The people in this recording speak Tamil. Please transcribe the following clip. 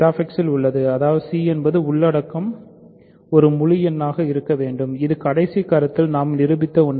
ZX இல் உள்ளது அதாவது c என்பது உள்ளடக்கம் ஒரு முழு எண்ணாக இருக்க வேண்டும் இது கடைசி கருத்தில் நாம் நிரூபித்த ஒன்று